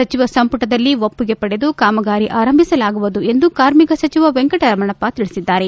ಸಚಿವ ಸಂಪುಟದಲ್ಲಿ ಒಪ್ಪಿಗೆ ಪಡೆದು ಕಾಮಗಾರಿ ಆರಂಭಿಸಲಾಗುವುದು ಎಂದು ಕಾರ್ಮಿಕ ಸಚಿವ ವೆಂಕಟರಮಣಪ್ಪ ತಿಳಿಸಿದ್ದಾರೆ